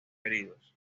heridos